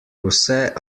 vse